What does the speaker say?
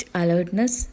alertness